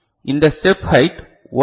இந்த step height 1 L